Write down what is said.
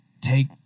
take